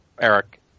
Eric